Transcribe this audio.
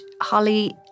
Holly